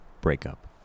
breakup